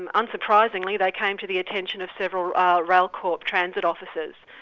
and unsurprisingly, they came to the attention of several railcorp transit officers,